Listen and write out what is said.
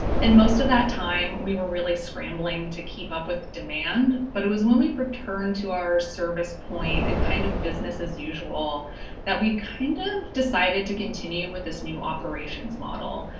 and most of the time we were really scrambling to keep up with demand, but it was when we returned to our service point and kind of business as usual that we kind of decided to continue with this new operations model.